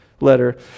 letter